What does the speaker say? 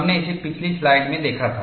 हमने इसे पिछली स्लाइड में देखा था